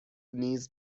نیز